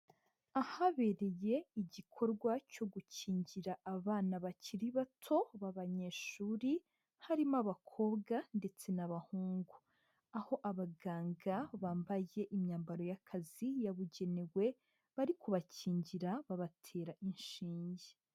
Ahabereye igikorwa cyo gukingira abana bakiri bato b'abanyeshuri, harimo abakobwa ndetse n'abahungu, aho abaganga bambaye imyambaro y'akazi yabugenewe, bari kubakingira, babatera inshinge.